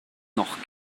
noch